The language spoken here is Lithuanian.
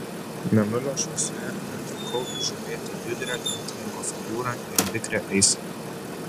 mėnulio šviesoje netrukau įžiūrėti judrią gamtininko figūrą ir vikrią eiseną